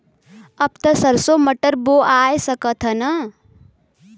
अब त सरसो मटर बोआय सकत ह न?